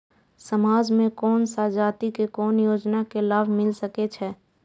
समाज में कोन सा जाति के कोन योजना के लाभ मिल सके छै?